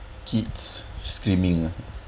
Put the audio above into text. kids screaming ah